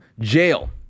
Jail